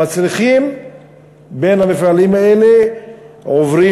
המצליחים בין המפעלים האלה עוברים